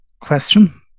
question